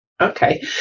Okay